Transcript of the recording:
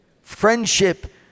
Friendship